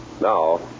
Now